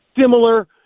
similar